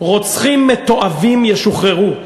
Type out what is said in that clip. רוצחים מתועבים ישוחררו.